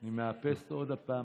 אני מאפס עוד פעם.